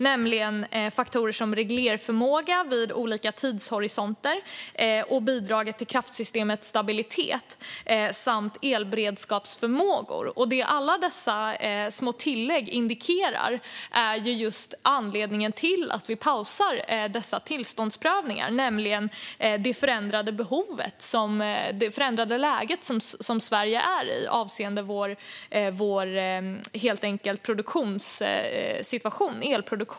Det gäller faktorer som reglerförmåga vid olika tidshorisonter, bidraget till kraftsystemets stabilitet samt elberedskapsförmågor. Det alla dessa små tillägg indikerar är just anledningen till att vi pausar dessa tillståndsprövningar, nämligen det förändrade läge Sverige är i avseende vår elproduktionssituation.